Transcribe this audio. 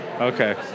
Okay